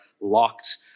locked